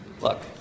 Look